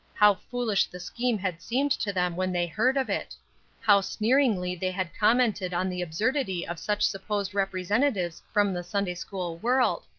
how foolish the scheme had seemed to them when they heard of it how sneeringly they had commented on the absurdity of such supposed representatives from the sunday-school world.